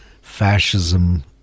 fascism